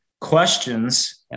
questions